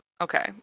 Okay